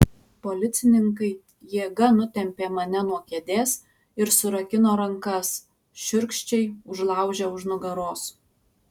policininkai jėga nutempė mane nuo kėdės ir surakino rankas šiurkščiai užlaužę už nugaros